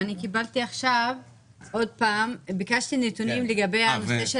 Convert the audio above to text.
ביקשתי נתונים לגבי הנושא של